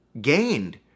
gained